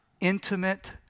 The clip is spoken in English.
intimate